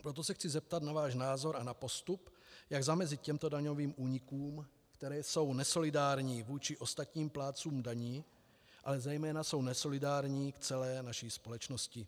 Proto se chci zeptat na váš názor a na postup, jak zamezit těmto daňovým únikům, které jsou nesolidární vůči ostatním plátcům daní, ale zejména jsou nesolidární k celé naší společnosti.